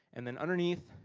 and then underneath,